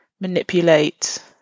manipulate